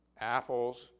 apples